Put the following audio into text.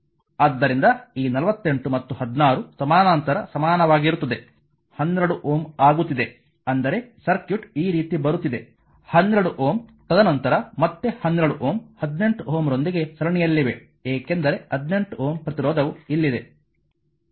ಆದ್ದರಿಂದ ಈ 48 ಮತ್ತು 16 ಸಮಾನಾಂತರ ಸಮಾನವಾಗಿರುತ್ತದೆ 12Ω ಆಗುತ್ತಿದೆ ಅಂದರೆ ಸರ್ಕ್ಯೂಟ್ ಈ ರೀತಿ ಬರುತ್ತಿದೆ 12 Ω ತದನಂತರ ಮತ್ತೆ 12Ω 18Ω ರೊಂದಿಗೆ ಸರಣಿಯಲ್ಲಿದೆ ಏಕೆಂದರೆ 18Ω ಪ್ರತಿರೋಧವು ಇಲ್ಲಿದೆ